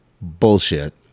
Bullshit